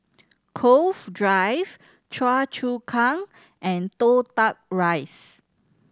Cove Drive Choa Chu Kang and Toh Tuck Rise